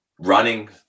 running